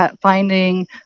finding